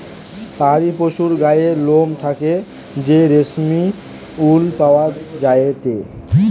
পাহাড়ি পশুর গায়ের লোম থেকে যে রেশমি উল পাওয়া যায়টে